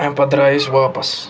اَمہِ پَتہٕ درٛاے أسۍ واپَس